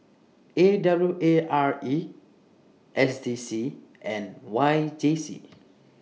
A W A R E S D C and Y J C